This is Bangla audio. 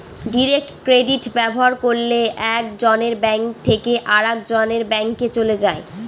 ডিরেক্ট ক্রেডিট ব্যবহার করলে এক জনের ব্যাঙ্ক থেকে আরেকজনের ব্যাঙ্কে চলে যায়